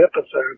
episode